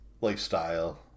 lifestyle